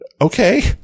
okay